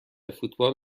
فوتبال